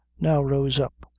now rose up,